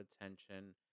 attention